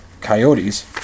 coyotes